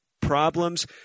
problems